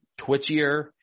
twitchier